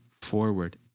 forward